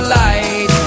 light